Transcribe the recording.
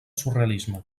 surrealisme